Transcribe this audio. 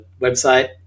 website